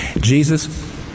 Jesus